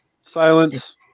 Silence